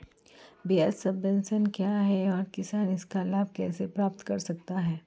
ब्याज सबवेंशन क्या है और किसान इसका लाभ कैसे प्राप्त कर सकता है?